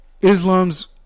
Islam's